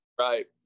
right